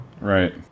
Right